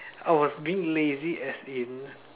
I was being lazy as in